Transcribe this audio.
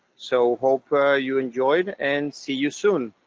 so hope you enjoy it, and see you soon.